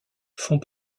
font